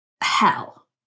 hell